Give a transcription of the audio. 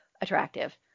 attractive